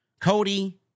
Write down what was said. Cody